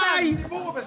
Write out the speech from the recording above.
יוראי, מספיק.